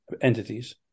entities